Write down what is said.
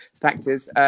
factors